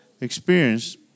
experience